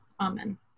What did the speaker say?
Amen